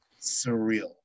surreal